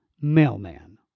mailman